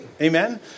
Amen